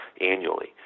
annually